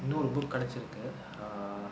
இன்னொரு:innoru book கடச்சிருக்கு:kadachirukku err